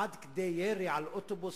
עד כדי ירי על אוטובוס?